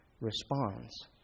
responds